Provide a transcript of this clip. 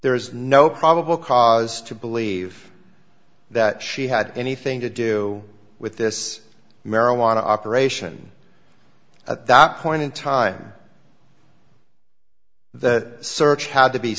there is no probable cause to believe that she had anything to do with this marijuana operation at that point in time the search had to be